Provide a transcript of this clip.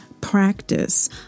practice